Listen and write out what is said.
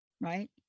right